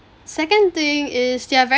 second thing is they are very